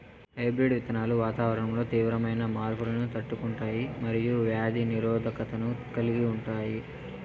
hybrid విత్తనాలు వాతావరణంలో తీవ్రమైన మార్పులను తట్టుకుంటాయి మరియు వ్యాధి నిరోధకతను కలిగి ఉంటాయి